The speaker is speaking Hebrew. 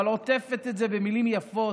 אבל עוטפת את זה במילים יפות,